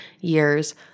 years